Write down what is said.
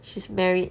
she's married